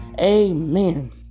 amen